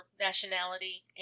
nationality